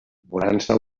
bonança